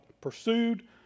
pursued